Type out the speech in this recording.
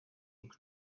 und